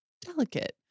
delicate